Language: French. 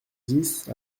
dix